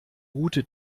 route